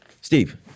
Steve